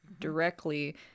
directly